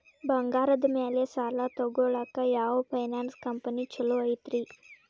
ಬಂಗಾರದ ಮ್ಯಾಲೆ ಸಾಲ ತಗೊಳಾಕ ಯಾವ್ ಫೈನಾನ್ಸ್ ಕಂಪನಿ ಛೊಲೊ ಐತ್ರಿ?